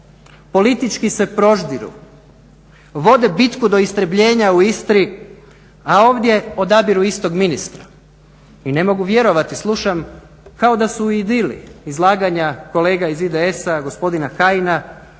politički se proždiru, vode bitku do istrebljenja u Istri, a ovdje odabiru istog ministra. I ne mogu vjerovati, slušam kao da su u idili izlaganja kolega iz IDS-a gospodina Kajina,